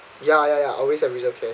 ya ya ya always I reserve cash